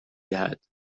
دهد